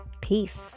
Peace